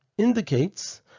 Indicates